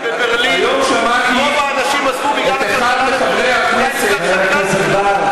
את אחד מחברי הכנסת,